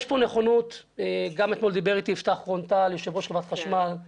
יש פה נכונות דיבר איתי אתמול יו"ר חברת החשמל יפתח רון-טל,